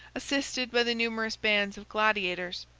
assisted by the numerous bands of gladiators,